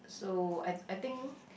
so I I think